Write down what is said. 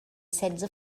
setze